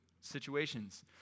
situations